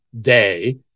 day